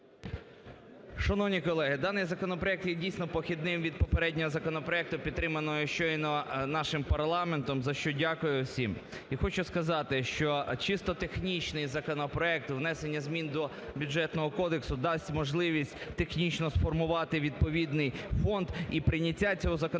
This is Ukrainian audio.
Шановні колеги, даний законопроект є, дійсно, похідним від попереднього законопроекту, підтриманого щойно нашим парламентом, за що дякую всім. І хочу сказати, що чисто технічний законопроект – внесення змін до Бюджетного кодексу, - дасть можливість технічно сформувати відповідний фонд. І прийняття цього законопроекту